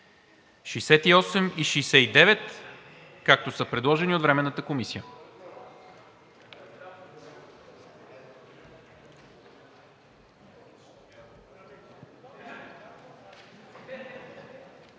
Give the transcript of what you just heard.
68 и 69, както са предложени от Временната комисия.